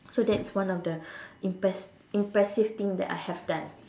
so that's one of the impress~ impressive thing that I have done